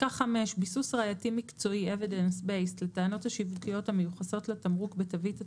ביסוס ראייתי מקצועי לטענות השיווקיות המיוחסות לתמרוק בתווית התמרוק,